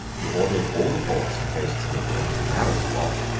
he ordered all the ports and coasts of england to be narrowly watched,